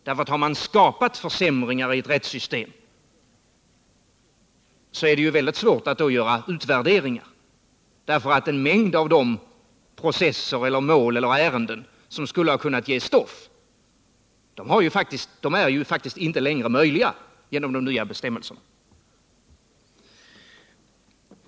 Har man skapat försämringar i ett rättssystem är det mycket svårt att göra utvärderingar. En mängd av de processer, mål eller ärenden som skulle ha kunnat ge stoff är faktiskt inte längre möjliga genom de nya bestämmelserna.